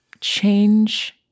change